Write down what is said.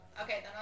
Okay